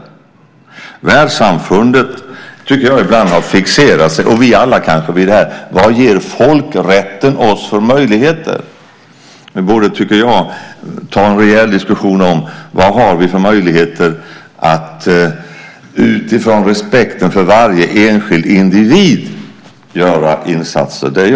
Jag tycker ibland att världssamfundet har fixerat sig, liksom kanske vi alla, vid vad folkrätten ger oss för möjligheter. Jag tycker att vi borde ta en rejäl diskussion om vad vi har för möjligheter utifrån respekten för varje enskild individ att göra insatser.